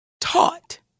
taught